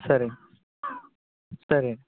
సరే సరే అండి